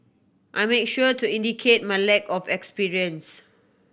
I make sure to indicate my lack of experience